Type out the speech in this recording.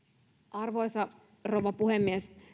arvoisa rouva puhemies